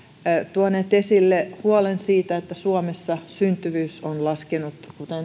tuoneet esille huolen siitä että suomessa syntyvyys on laskenut